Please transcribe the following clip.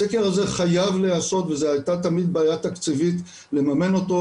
הסקר הזה חייב להיעשות וזה הייתה תמיד בעיה תקציבית לממן אותו.